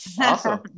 Awesome